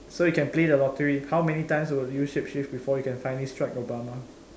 so you can play the lottery how many times would you shape shift before you can finally strike Obama